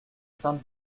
sainte